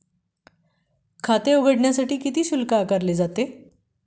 खाते उघडण्यासाठी किती शुल्क आकारले जाते?